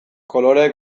kolore